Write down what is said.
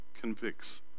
convicts